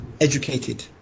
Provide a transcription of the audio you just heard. educated